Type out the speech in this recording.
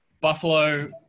Buffalo